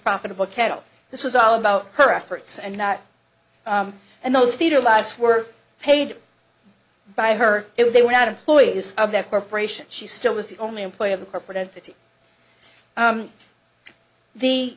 profitable cattle this was all about her efforts and not and those feeder lights were paid by her if they were not employees of that corporation she still was the only employee of a corporate entity the the